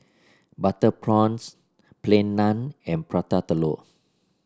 Butter Prawns Plain Naan and Prata Telur